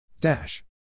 Dash